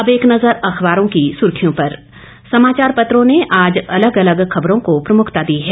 अब एक नजर अखबारों की सुर्खियों पर समाचार पत्रों ने आज अलग अलग खबरों को प्रमुखता दी है